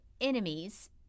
enemies